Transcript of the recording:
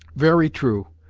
very true,